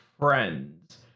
friends